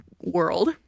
world